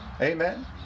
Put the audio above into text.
amen